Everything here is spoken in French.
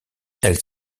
elle